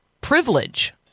privilege